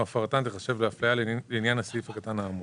הפרתן תיחשב להפליה לעניין הסעיף הקטן האמור.